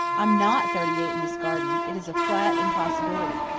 i'm not thirty-eight in this garden it is a flat impossibility.